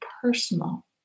personal